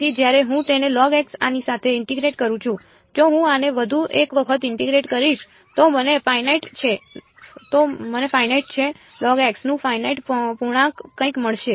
તેથી જ્યારે હું તેને આની સાથે ઇન્ટીગ્રેટ કરું છું જો હું આને વધુ એક વખત ઇન્ટીગ્રેટ કરીશ તો મને ફાઇનાઇટ છે નું ફાઇનાઇટ પૂર્ણાંક કંઈક મળશે